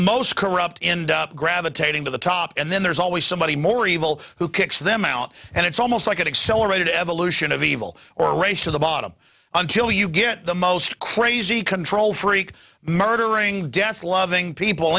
most corrupt end up gravitating to the top and then there's always somebody more evil who kicks them out and it's almost like an accelerated evolution of evil or a race to the bottom until you get the most crazy control freak murdering death loving people